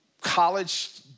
college